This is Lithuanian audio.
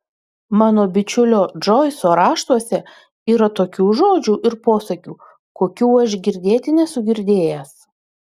mano bičiulio džoiso raštuose yra tokių žodžių ir posakių kokių aš girdėti nesu girdėjęs